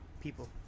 people